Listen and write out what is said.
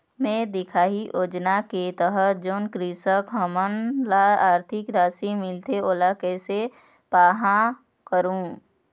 मैं दिखाही योजना के तहत जोन कृषक हमन ला आरथिक राशि मिलथे ओला कैसे पाहां करूं?